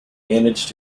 managed